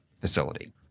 facility